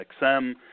XM